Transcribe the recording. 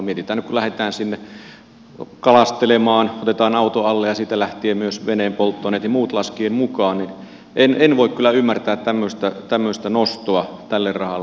mietitään nyt kun lähdetään sinne kalastelemaan otetaan auto alle ja siitä lähtien myös veneen polttoaineet ja muut laskien mukaan niin en voi kyllä ymmärtää tämmöistä nostoa tälle rahalle